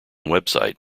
website